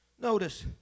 Notice